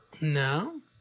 No